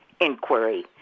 inquiry